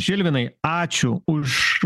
žilvinai ačiū už